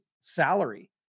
salary